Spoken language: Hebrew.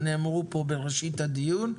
נאמרו פה בראשית הדיון.